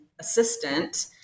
assistant